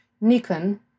Nikon